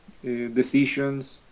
decisions